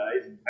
guys